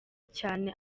cyane